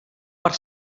per